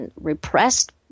repressed